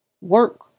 Work